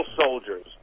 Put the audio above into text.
soldiers